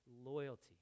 loyalty